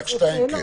כן.